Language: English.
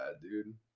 dude